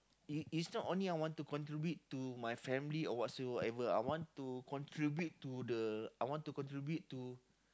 is is not only I want to contribute to my family or whatsoever I want to contribute to the I want to contribute to